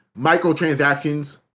microtransactions